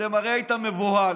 הרי היית מבוהל,